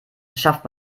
schafft